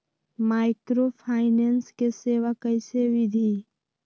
Microfinance के सेवा कइसे विधि?